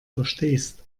verstehst